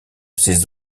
ces